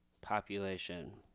Population